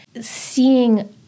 Seeing